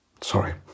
sorry